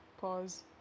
pause